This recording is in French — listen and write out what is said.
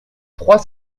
trois